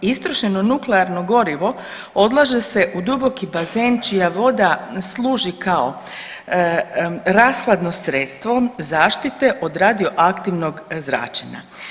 Istrošeno nuklearno gorivo odlaže se u duboki bazen čija voda služi kao rashladno sredstvo zaštite od radioaktivnog zračenja.